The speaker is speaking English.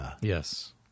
Yes